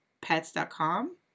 pets.com